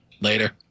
Later